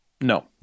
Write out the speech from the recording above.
No